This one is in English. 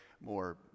more